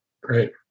Great